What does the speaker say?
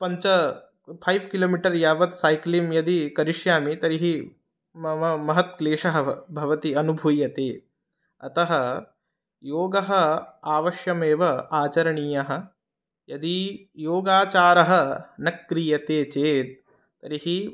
पञ्च five kilometre यावत् cycling यदि करिष्यामि तर्हि मम महत् क्लेशः भव भवति अनुभूयते अतः योगः अवश्यमेव आचरणीयः यदि योगाचारः न क्रियते चेत् तर्हि